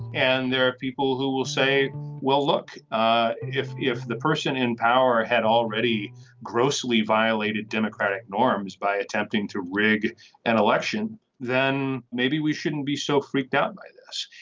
and there are people who will say well look ah if if the person in power had already grossly violated democratic norms by attempting to rig an election then maybe we shouldn't be so freaked out by this.